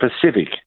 Pacific